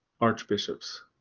archbishops